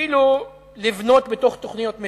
אפילו לבנות בתוך תחומי תוכניות מיתאר,